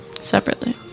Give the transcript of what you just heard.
Separately